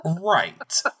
Right